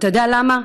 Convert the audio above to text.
אתה יודע למה?